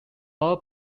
all